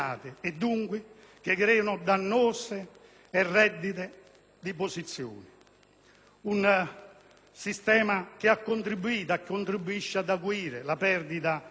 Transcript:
un sistema che ha contribuito e contribuisce ad acuire la perdita di credibilità della politica e ad aumentare la distanza tra elettori ed eletti,